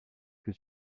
que